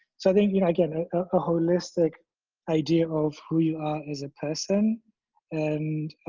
so i think, you know again, ah a holistic idea of who you are as a person and